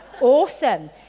Awesome